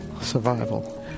survival